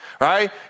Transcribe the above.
Right